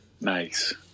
Nice